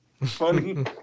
Funny